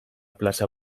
plaza